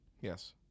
Yes